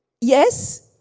yes